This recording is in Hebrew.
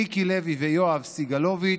מיקי לוי ויואב סגלוביץ',